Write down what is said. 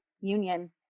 union